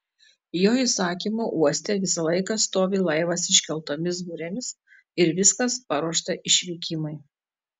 jo įsakymu uoste visą laiką stovi laivas iškeltomis burėmis ir viskas paruošta išvykimui